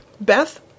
Beth